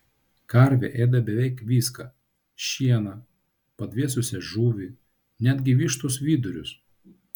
karvė ėda beveik viską šieną padvėsusią žuvį netgi vištos vidurius